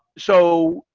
so,